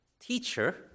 teacher